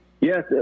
Yes